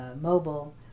mobile